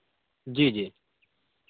جی جی